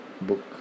book